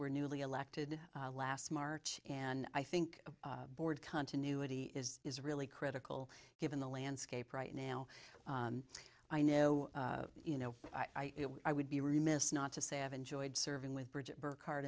were newly elected last march and i think board continuity is is really critical given the landscape right now i know you know i would be remiss not to say i've enjoyed serving with